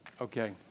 Okay